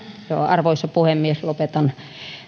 arvoisa puhemies lopetan